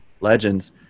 legends